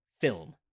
film